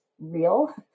real